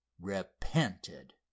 repented